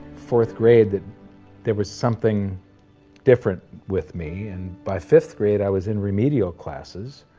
fourth grade, that there was something different with me and by fifth grade, i was in remedial classes.